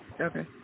Okay